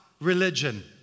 religion